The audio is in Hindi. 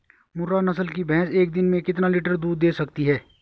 मुर्रा नस्ल की भैंस एक दिन में कितना लीटर दूध दें सकती है?